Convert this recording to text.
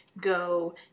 go